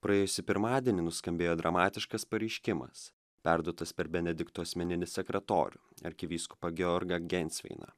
praėjusį pirmadienį nuskambėjo dramatiškas pareiškimas perduotas per benedikto asmeninį sekretorių arkivyskupą georgą gensveiną